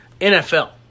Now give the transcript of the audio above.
NFL